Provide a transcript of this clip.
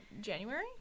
January